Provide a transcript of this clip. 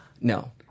No